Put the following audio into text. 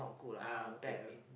ah okay okay